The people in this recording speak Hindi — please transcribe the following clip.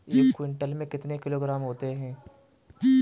एक क्विंटल में कितने किलोग्राम होते हैं?